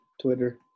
Twitter